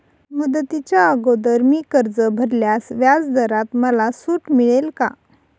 मुदतीच्या अगोदर मी कर्ज भरल्यास व्याजदरात मला सूट मिळेल का?